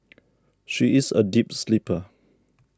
she is a deep sleeper